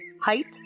height